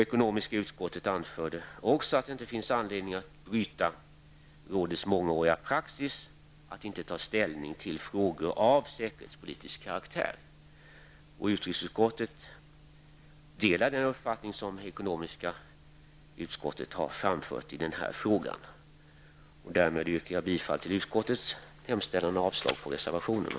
Ekonomiska utskottet anförde också att det inte finns anledning att bryta rådets mångåriga praxis att inte ta ställning till frågor av säkerhetspolitisk karaktär. Utrikesutskottet delar den uppfattning som ekonomiska utskottet har framfört i den här frågan. Jag yrkar bifall till utskottets hemställan och avslag på reservationerna.